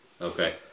Okay